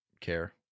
care